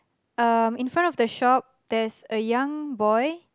um in front of the shop there's a young boy